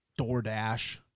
DoorDash